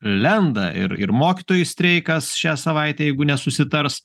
lenda ir ir mokytojų streikas šią savaitę jeigu nesusitars